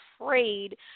afraid